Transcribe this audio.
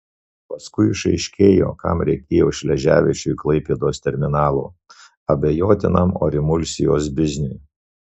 paskui išaiškėjo kam reikėjo šleževičiui klaipėdos terminalo abejotinam orimulsijos bizniui